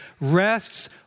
rests